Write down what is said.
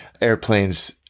airplanes